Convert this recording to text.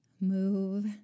move